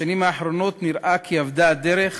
בשנים האחרונות נראה כי אבדה הדרך